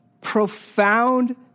profound